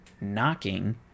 knocking